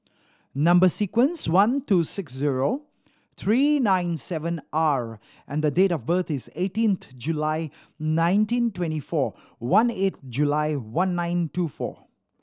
number sequence one two six zero three nine seven R and the date of birth is eighteenth July nineteen twenty four one eight July one nine two four